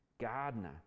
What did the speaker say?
gardener